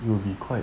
you will be quite